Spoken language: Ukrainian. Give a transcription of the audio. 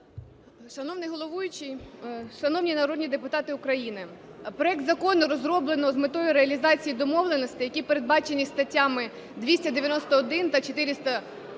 Шановний головуючий, шановні народні депутати України! Проект закону розроблено з метою реалізації домовленостей, які передбачені статтями 291 та 420